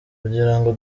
kugirango